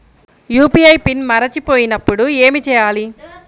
UPI PIN మరచిపోయినప్పుడు ఏమి చేయాలి?